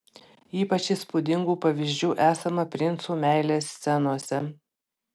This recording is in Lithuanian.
ypač įspūdingų pavyzdžių esama princų meilės scenose